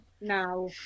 now